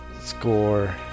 score